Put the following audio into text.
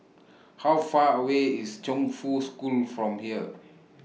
How Far away IS Chongfu School from here